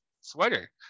sweater